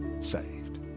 saved